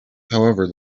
however